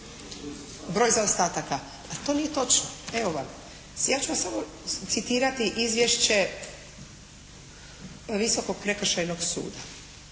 Broj zaostataka. Pa, to nije točno. Evo, vam. Ja ću vam samo citirati izvješće Visokog prekršajnog suda